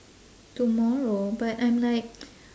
tomorrow but I'm like